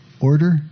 order